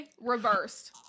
reversed